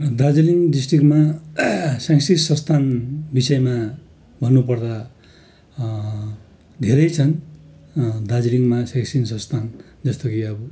दार्जिलिङ डिस्ट्रिक्टमा शैक्षिक संस्थान विषयमा भन्नुपर्दा धेरै छन् दार्जिलिङमा चाहिँ शैक्षिक संस्थान जस्तो कि अब